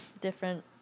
different